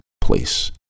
place